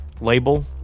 label